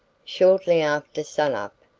shortly after sunup,